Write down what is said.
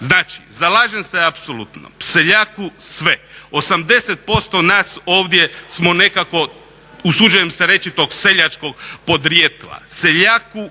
Znači, zalažem se apsolutno seljaku sve. 80% nas ovdje smo nekako usuđujem se reći tog seljačkog podrijetla.